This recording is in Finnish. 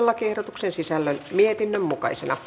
lakiehdotuksen sisällön mietinnön mukaisena